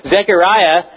Zechariah